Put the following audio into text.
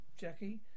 Jackie